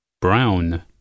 Brown